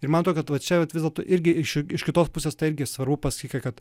ir man atrodo kad va čia vat vis dėlto irgi iš iš kitos pusės tai irgi svarbu pasakyti kad